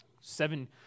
Seven